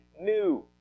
new